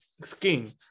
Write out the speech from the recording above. skin